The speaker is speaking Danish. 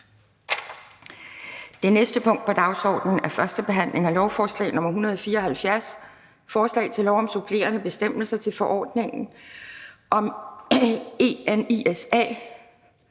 Det næste punkt på dagsordenen er: 3) 1. behandling af lovforslag nr. L 174: Forslag til lov om supplerende bestemmelser til forordningen om ENISA